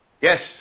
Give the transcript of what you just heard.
Yes